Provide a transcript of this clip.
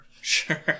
Sure